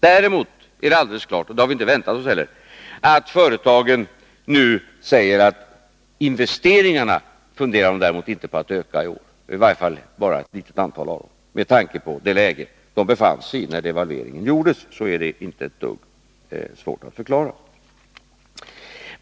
Däremot är det alldeles klart — vi hade heller inte väntat oss något annat — att företagen nu säger att de inte funderar på att öka investeringarna i år. I varje fall är det bara ett litet antal av dem som gör det. Med tanke på det läge som företagen befann sig i då devalveringen gjordes är det inte ett dugg svårt att förklara.